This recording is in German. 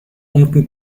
unten